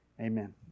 Amen